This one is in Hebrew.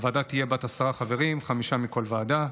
הוועדה תהיה בת עשרה חברים, חמישה חברים מכל ועדה.